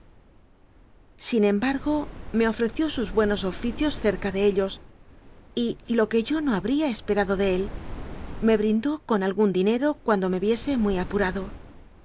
sin embargo me ofreció sus buenos oficios cerca de ellos y lo que yo no habría esperado de él me brindó con algún dinero cuando me viese muy apurado